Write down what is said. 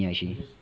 ya actually